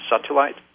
satellite